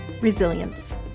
Resilience